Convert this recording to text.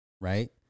right